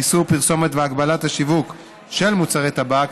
איסור פרסומת והגבלת השיווק של מוצרי טבק)